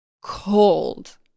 cold